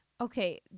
Okay